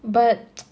but